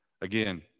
Again